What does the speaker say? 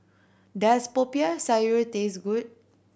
does Popiah Sayur taste good